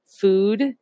food